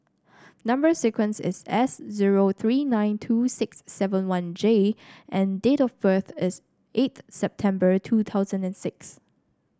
number sequence is S zero three nine two six seven one J and date of birth is eighth September two thousand and six